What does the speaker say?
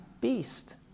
beast